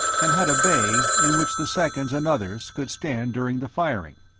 and had a bay in which the seconds and other could stand during the firing.